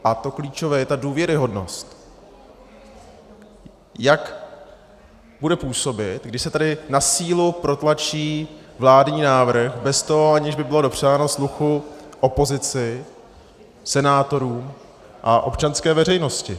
A klíčová je ta důvěryhodnost, jak bude působit, když se tady na sílu protlačí vládní návrh bez toho, aby bylo dopřáno sluchu opozici, senátorům a občanské veřejnosti.